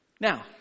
Now